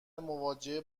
مواجهه